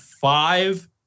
five